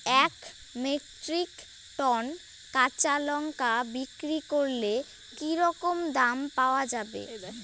এক metric tonne কাঁচা লঙ্কা বিক্রি করলে কি রকম দাম পাওয়া যাবে?